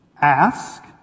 Ask